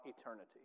eternity